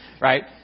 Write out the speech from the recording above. Right